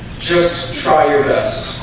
just try your best